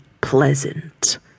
pleasant